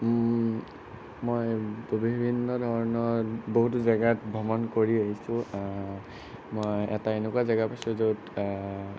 মই বিভিন্ন ধৰণৰ বহুতো জেগাত ভ্ৰমণ কৰি আহিছোঁ মই এটা এনেকুৱা জেগা পাইছিলোঁ য'ত